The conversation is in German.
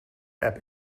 app